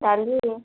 କାଲି